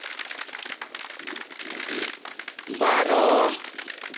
ᱵᱟᱨᱚ